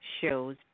shows